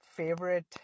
favorite